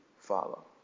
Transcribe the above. follow